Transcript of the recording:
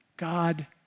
God